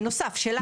בנוסף, שלנו.